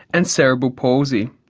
and cerebral palsy.